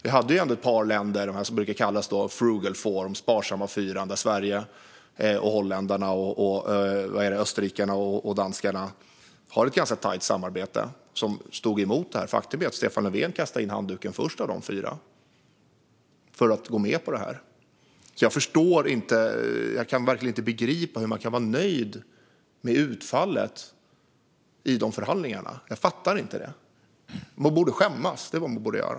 Det var ändå några länder - de som brukar kallas frugal four, sparsamma fyran, alltså Sverige, Holland, Österrike och Danmark - som har ett ganska tajt samarbete och som stod emot detta. Faktum är att Stefan Löfven kastade in handduken först av dessa fyra för att gå med på detta. Jag kan verkligen inte begripa hur man kan vara nöjd med utfallet i dessa förhandlingar. Jag fattar inte det. Man borde skämmas. Det är vad man borde göra.